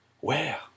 Where